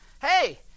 hey